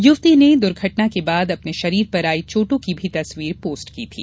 उसने दुर्घटना के बाद अपने शरीर पर आई चोट की भी तस्वीर पोस्ट की थी